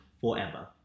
forever